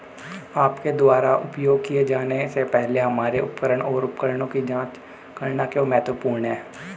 आपके द्वारा उपयोग किए जाने से पहले हमारे उपकरण और उपकरणों की जांच करना क्यों महत्वपूर्ण है?